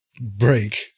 break